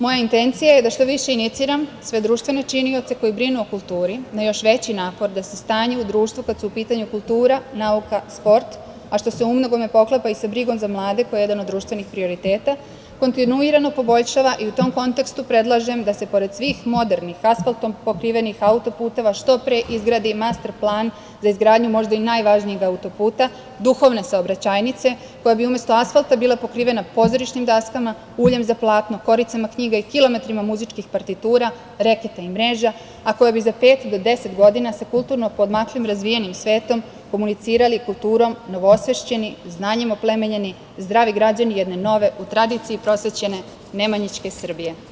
Moja intencija je da što više iniciram sve društvene činioce koji brinu o kulturi na još veći napor da se stanje u društvu, kad su u pitanju kultura, nauka, sport, a što se u mnogome poklapa i sa brigom za mlade, koja je jedan od društvenih prioriteta, kontinuirano poboljšava i u tom kontekstu predlažem da se pored svih modernih asfaltom pokrivenih autoputeva što pre izgradi i master plan za izgradnju možda i najvažnijeg autoputa, duhovne saobraćajnice, koja bi umesto asfalta bila pokrivena pozorišnim daskama, uljem za platno, koricama knjiga i kilometrima muzičkih partitura, reketa i mreža, a koja bi za pet do deset godina sa kulturno poodmaklim razvijenim svetom komunicirali kulturom, novoosvešćeni, znanjem oplemenjeni, zdravi građani jedne nove u tradiciji prosvećene Nemanjićke Srbije.